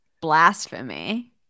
blasphemy